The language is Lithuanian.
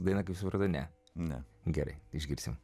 dainas svarbu ne ne gerai išgirsime